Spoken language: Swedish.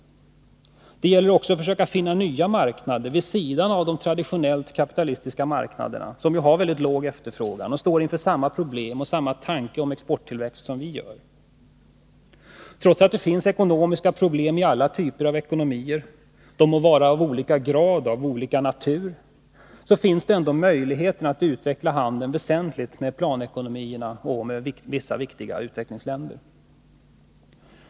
Det gäller också att försöka finna nya marknader vid sidan av de traditionellt kapitalistiska marknaderna, som har mycket låg efterfrågan och står inför samma problem och samma tanke om exporttillväxt som vi gör. Trots att det finns ekonomiska problem i alla typer av ekonomier — de må vara av olika grad och av olika natur — så finns det ändå möjligheter att utveckla handeln väsentligt med planekonomierna och med vissa viktiga utvecklingsländer.